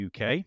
UK